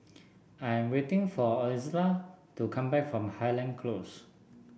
I'm waiting for Izola to come back from Highland Close